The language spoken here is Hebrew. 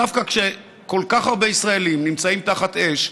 דווקא כשכל כך ישראלים נמצאים תחת אש,